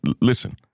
listen